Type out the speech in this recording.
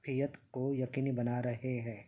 کو یقینی بنا رہے ہے